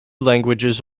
languages